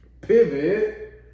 pivot